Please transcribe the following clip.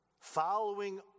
following